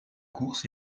course